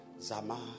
Zama